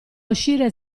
uscire